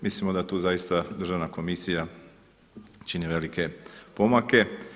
Mislimo da tu zaista Državna komisija čini velike pomake.